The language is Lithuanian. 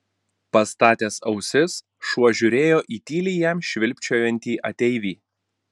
pastatęs ausis šuo žiūrėjo į tyliai jam švilpčiojantį ateivį